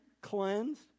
cleansed